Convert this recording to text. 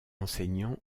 enseignant